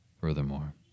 Furthermore